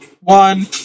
one